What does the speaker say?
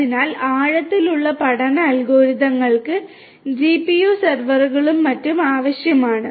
അതിനാൽ ആഴത്തിലുള്ള പഠന അൽഗോരിതങ്ങൾക്ക് GPU സെർവറുകളും മറ്റും ആവശ്യമാണ്